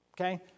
Okay